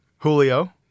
Julio